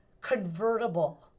convertible